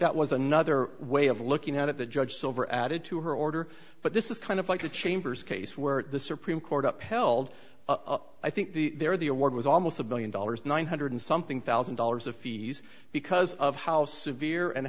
that was another way of looking at it the judge silver added to her order but this is kind of like the chambers case where the supreme court upheld i think the there the award was almost a billion dollars nine hundred something thousand dollars of fees because of how severe and